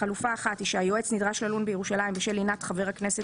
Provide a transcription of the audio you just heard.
חלופה אחת היא שהיועץ נדרש ללון בירושלים בשל לינת חבר הכנסת